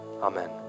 Amen